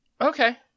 okay